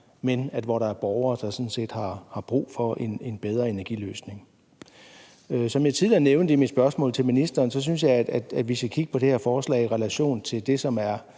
der sådan set er borgere, der har brug for en bedre energiløsning. Som jeg tidligere nævnte i mit spørgsmål til ministeren, synes jeg, at vi skal kigge på det her forslag i relation til de udspil,